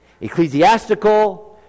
ecclesiastical